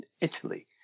Italy